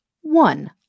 one